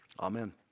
Amen